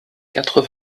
quatre